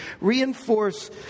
reinforce